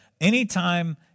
Anytime